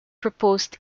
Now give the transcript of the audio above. proposed